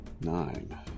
Nine